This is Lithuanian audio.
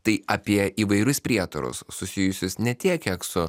tai apie įvairius prietarus susijusius ne tiek kiek su